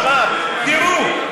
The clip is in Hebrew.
תראו,